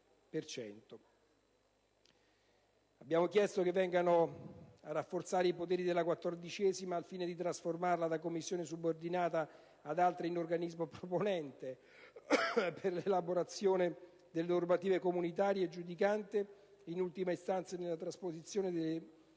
abbiamo chiesto inoltre che vengano rafforzati i poteri della 14a Commissione, al fine di trasformarla da Commissione subordinata alle altre in organismo proponente per l'elaborazione delle normative comunitarie e giudicante in ultima istanza nella trasposizione delle